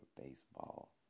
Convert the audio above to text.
baseball